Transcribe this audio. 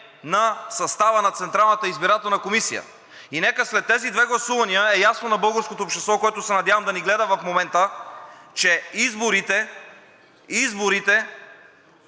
на състава на Централната избирателна комисия. Нека след тези две гласувания да е ясно на българското общество, което се надявам да ни гледа в момента, че изборите само и